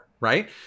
right